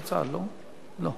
שבראשותך, לא,